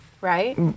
right